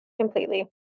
completely